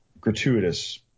gratuitous